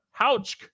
Houch